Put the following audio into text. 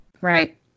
Right